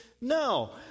No